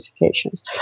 notifications